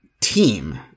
team